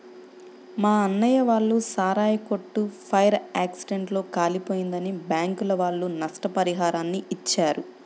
మా అన్నయ్య వాళ్ళ సారాయి కొట్టు ఫైర్ యాక్సిడెంట్ లో కాలిపోయిందని బ్యాంకుల వాళ్ళు నష్టపరిహారాన్ని ఇచ్చారు